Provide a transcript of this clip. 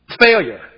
failure